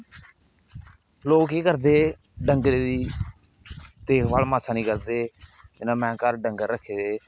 लोक केह् करदे डंगरे दी देखभाल मासा नेई करदे जियां में घार डंगर रक्खे दे